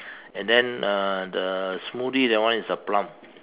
and then uh the smoothie that one is the plum